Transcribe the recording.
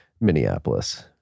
Minneapolis